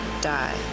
die